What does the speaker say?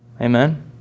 Amen